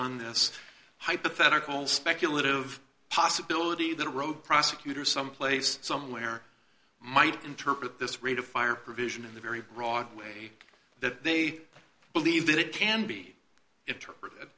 on this hypothetical speculative possibility that a road prosecutor someplace somewhere might interpret this rate of fire provision in the very broad way that they believe that it can be interpreted